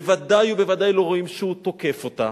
בוודאי ובוודאי שלא רואים שהוא תוקף אותה